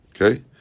Okay